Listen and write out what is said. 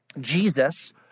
Jesus